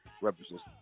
represents